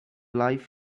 life